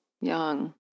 young